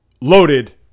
loaded